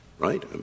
right